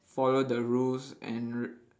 follow the rules and r~